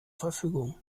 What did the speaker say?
verfügung